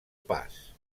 pas